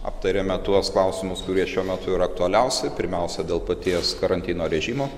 aptarėme tuos klausimus kurie šiuo metu yra aktualiausi pirmiausia dėl paties karantino režimo